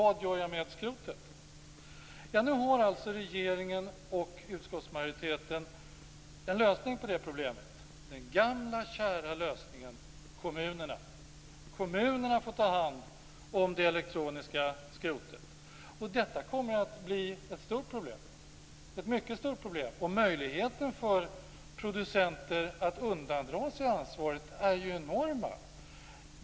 Nu har alltså regeringen och utskottsmajoriteten en lösning på det problemet. Det är den gamla kära lösningen - kommunerna. Kommunerna får ta hand om det elektroniska skrotet. Detta kommer att bli ett mycket stort problem. Möjligheten för producenter att undandra sig ansvaret är enorm.